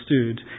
stood